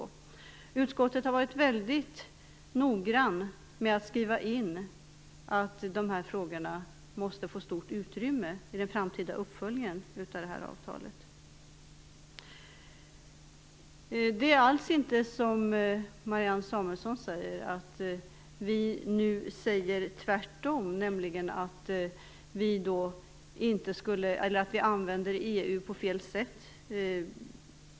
Man har från utskottets sida varit väldigt noga med att skriva in att dessa frågor måste få stort utrymme i den framtida uppföljningen av avtalet. Det är inte alls så att vi använder EU på fel sätt som Marianne Samuelsson säger.